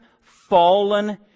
fallen